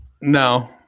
No